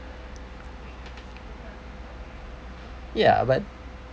ya but